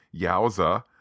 Yowza